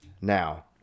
Now